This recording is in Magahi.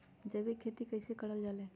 जैविक खेती कई से करल जाले?